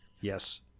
Yes